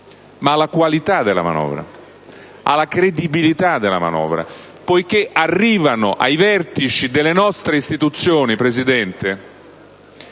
ma alla qualità della manovra, alla credibilità della manovra, poiché arrivano ai vertici delle nostre istituzioni, signor